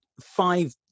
five